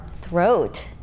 throat